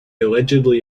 allegedly